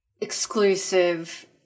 exclusive